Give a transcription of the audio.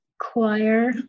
choir